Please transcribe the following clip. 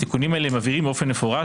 התיקונים האלה מבהירים באופן מפורש